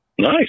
nice